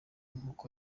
z’uko